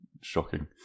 shocking